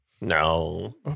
No